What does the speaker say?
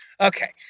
Okay